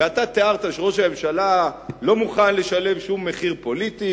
ואתה תיארת שראש הממשלה לא מוכן לשלם שום מחיר פוליטי